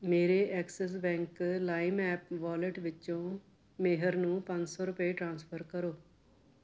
ਮੇਰੇ Axis bank Lime app wallet ਵਿੱਚੋਂ ਮੇਹਰ ਨੂੰ ਪੰਜ ਸੌ ਰੁਪਏ ਟ੍ਰਾਂਸਫਰ ਕਰੋ